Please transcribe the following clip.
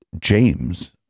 James